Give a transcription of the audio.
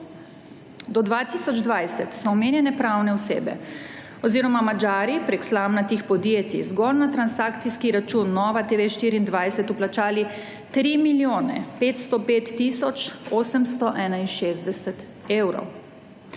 Do 2020 so omenjene pravne osebe oziroma Madžari prek slamnatih podjetij zgolj na transakcijski račun NovaTV24 vplačali 3 milijone 505 tisoč 861 evrov.